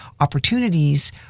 opportunities